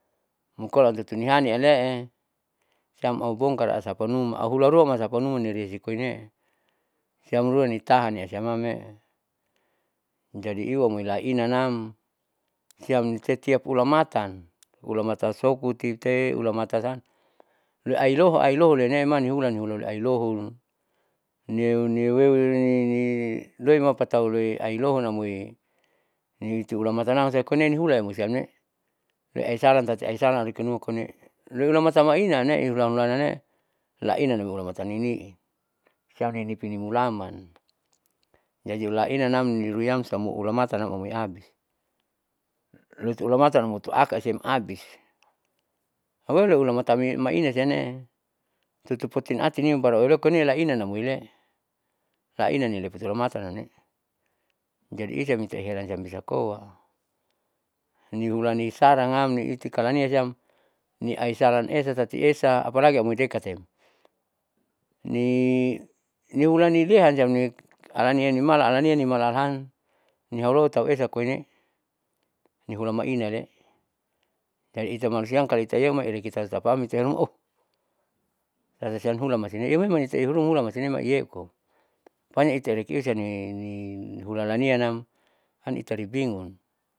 Mukolaam tutuni alialee siam aubongkar iasapa koinuma auhularoa tapamnuma nirikoine siam ruani tanisiama mee jadi iuamoi lainanam siam ini setiap ulamatan, ulamatan sokutite ulamata san loiailoho ailoho loine manihulan hiloli ailoho nieu nieurini loima patau loiailohon namoi nipiulamatanam tekoine nihulasiamne loi aisalan tati aisalan rekenuma koine loihulamasa maina samne ihuranlaanee, lainanm ihulamatan ni'i sim inipi mulaman jadi hulainanam niluiam samua ulamatanam amoi abisi, lotu ulamatan motoakasiem abisi aumeu hulamatan maina siamne tutun potin atini baru aue inanam amoilee si ilali nipimulamatan namnee jadi isam irem bisakoa, nihulani sranam ipikalania siam niaisalan esa tati esa apalagi amoi dekat em ini niulanilehan siam alania nimala alania nimalahan nihaulo tauesa koine nihula maina iamle, jadi itamalusiam itayeuta maureki tapaam ianumao talisiam hula maisine iume maiti ihaulan maisineu pani iki iresa loini nihulan alanianam kanitaribingun.